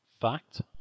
fact